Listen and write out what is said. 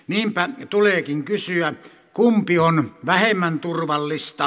niinpä tuleekin kysyä kumpi on vähemmän turvallista